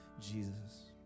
Jesus